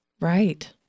Right